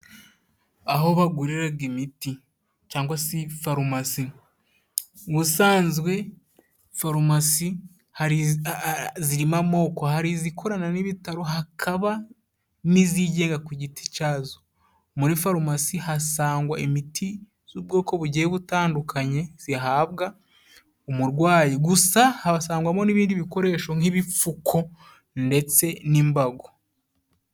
Aho baguriraga imiti cyangwa se farumasi. Ubusanzwe farumasi zirimo amoko, hari izikorana n'ibitaro hakaba n'izigenga ku giti cyazo. Muri farumasi hasangwa imiti z'ubwoko bugiye butandukanye zihabwa umurwayi gusa hahasangwamo n'ibindi bikoresho nk'ibipfuko ndetse n'imbago.